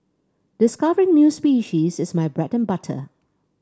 discovering new species is my bread and butter